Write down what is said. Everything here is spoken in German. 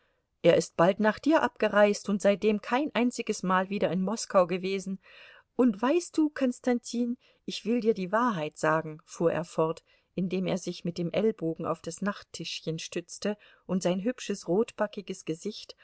er ist bald nach dir abgereist und seitdem kein einziges mal wieder in moskau gewesen und weißt du konstantin ich will dir die wahrheit sagen fuhr er fort indem er sich mit dem ellbogen auf das nachttischchen stützte und sein hübsches rotbackiges gesicht